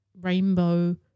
rainbow